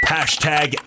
Hashtag